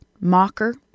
mocker